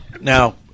Now